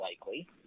likely